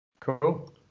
Cool